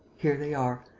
here they are.